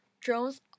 drones